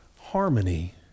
harmony